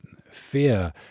fear